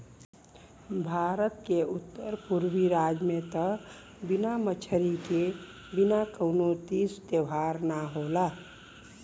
भारत के उत्तर पुरबी राज में त बिना मछरी के बिना कवनो तीज त्यौहार ना होला